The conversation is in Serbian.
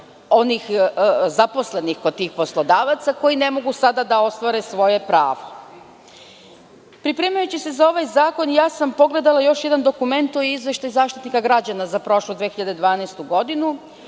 onih zaposlenih kod tih poslodavaca, koji ne mogu sada da ostvare svoje pravo. Pripremajući se za ovaj zakon, ja sam pogledala još jedan dokument. To je Izveštaj Zaštitnika građana za prošlu 2012. godinu.